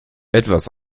etwas